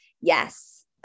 Yes